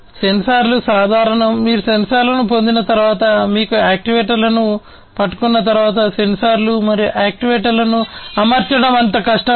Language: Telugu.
సెన్సార్లు సాధారణం మీరు సెన్సార్లను పొందిన తర్వాత మీరు యాక్చుయేటర్లను పట్టుకున్న తర్వాత సెన్సార్లు మరియు యాక్యుయేటర్లను అమర్చడం అంత కష్టం కాదు